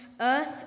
earth